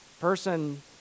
person